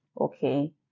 okay